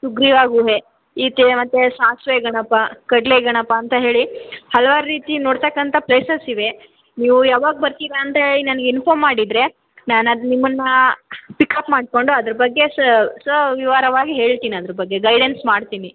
ಸುಗ್ರೀವ ಗುಹೆ ಈ ತಿವೆ ಮತ್ತು ಸಾಸಿವೆ ಗಣಪ ಕಡಲೆ ಗಣಪ ಅಂತ ಹೇಳಿ ಹಲ್ವಾರು ರೀತಿ ನೋಡ್ತಕ್ಕಂಥ ಪ್ಲೇಸಸ್ ಇವೆ ನೀವು ಯಾವಾಗ ಬರ್ತೀರಾ ಅಂತ ಹೇಳಿ ನಂಗೆ ಇನ್ಫರ್ಮ್ ಮಾಡಿದರೆ ನಾನು ಅದು ನಿಮ್ಮನ್ನು ಪಿಕಪ್ ಮಾಡಿಕೊಂಡು ಅದ್ರ ಬಗ್ಗೆ ಸ ಸವಿವರವಾಗಿ ಹೇಳ್ತೀನಿ ಅದ್ರ ಬಗ್ಗೆ ಗೈಡೆನ್ಸ್ ಮಾಡ್ತೀನಿ